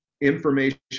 information